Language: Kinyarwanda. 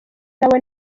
nabo